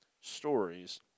stories